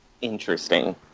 interesting